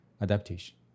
adaptation